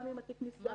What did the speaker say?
גם אם התיק נסגר.